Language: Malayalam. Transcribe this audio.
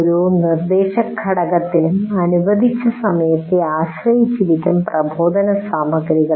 ഓരോ നിർദ്ദേശഘടകത്തിനും അനുവദിച്ച സമയത്തെ ആശ്രയിച്ചിരിക്കും പ്രബോധനസാമഗ്രികൾ